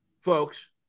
folks